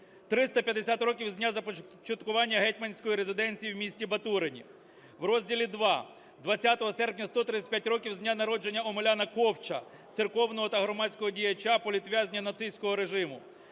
350 років з дня започаткування гетьманської резиденції в місті Батурині." В розділі ІІ: "20 серпня – 135 років з дня народження Омеляна Ковча, церковного та громадського діяча, політв'язня нацистського режиму;